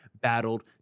battled